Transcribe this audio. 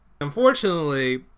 Unfortunately